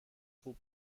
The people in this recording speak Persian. خوب